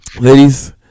ladies